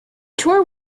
tour